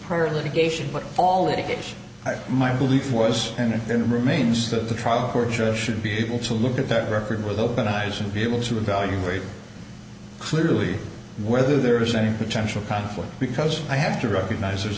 perth litigation but all that it my belief was and then remains that the trial court judge should be able to look at that record with open eyes and be able to evaluate clearly whether there is any potential conflict because i have to recognize there's